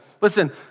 Listen